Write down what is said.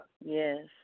Yes